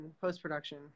post-production